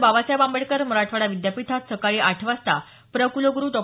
बाबासाहेब आंबेडकर मराठवाडा विद्यापीठात सकाळी आठ वाजता प्र कुलगुरु डॉ